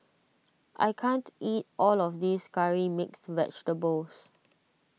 I can't eat all of this Curry Mixed Vegetables